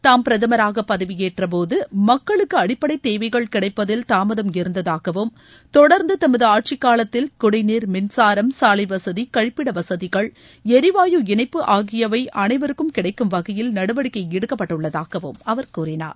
தாம் பிரதமாக பதவியேற்ற போது மக்களுக்கு அடிப்படை தேவைகள் கிடைப்பதில் தாமதம் இருந்ததாகவும் தொடர்ந்து தமது ஆட்சி காலத்தில் குடிநீர் மின்சாரம் சாலை வசதி கழிப்பிட வசதிகள் எரிவாயு இணைப்பு அனைவருக்கும் கிடைக்கும் வகையில் நடவடிக்கை எடுக்கப்பட்டுள்ளதாகவும் அவர் கூறினார்